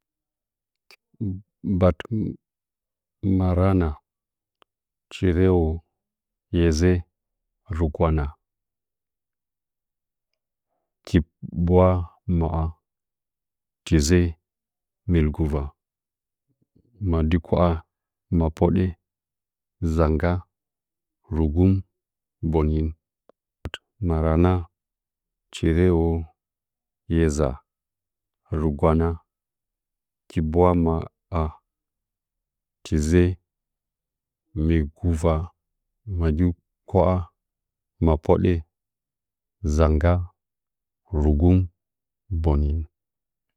Bat marana, chirəwo, hezə rɨgwana kibbwamwa'a, tizə muguva, madi kwa'a, ma podə nzəngga rɨgun ɓungin marana, cherəwo, yeza rɨgwana, kibwamwa'a, tizə heguva wangi kwa'a ma podə zangga rugum bwangi